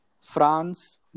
France